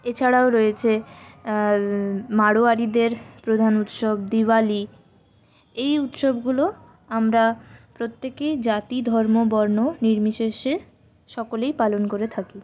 এছাড়াও রয়েছে মাড়োয়ারিদের প্রধান উৎসব দিওয়ালী এই উৎসবগুলো আমরা প্রত্যেকেই জাতি ধর্ম বর্ণ নির্বিশেষে সকলেই পালন করে থাকি